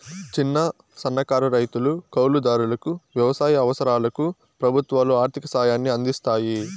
చిన్న, సన్నకారు రైతులు, కౌలు దారులకు వ్యవసాయ అవసరాలకు ప్రభుత్వాలు ఆర్ధిక సాయాన్ని అందిస్తాయి